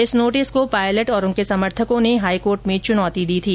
इस नोटिस को पायलट और उनके समर्थकों ने हाईकोर्ट में चुनौती दी थी